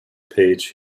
page